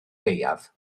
gaeaf